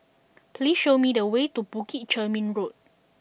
please show me the way to Bukit Chermin Road